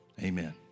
amen